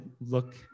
look